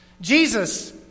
Jesus